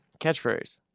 Catchphrase